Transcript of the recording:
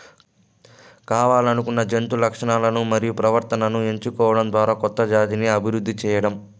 కావల్లనుకున్న జంతు లక్షణాలను మరియు ప్రవర్తనను ఎంచుకోవడం ద్వారా కొత్త జాతిని అభివృద్ది చేయడం